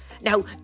Now